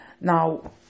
now